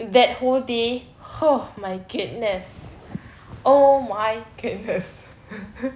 that whole day !huh! my goodness oh my goodness